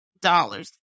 dollars